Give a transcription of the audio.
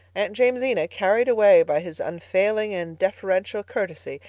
aunt jamesina, carried away by his unfailing and deferential courtesy,